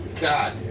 God